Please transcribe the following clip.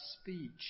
speech